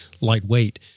lightweight